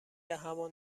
همان